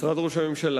שר במשרד ראש הממשלה.